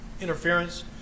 interference